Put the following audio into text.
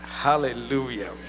hallelujah